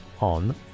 on